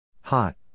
Hot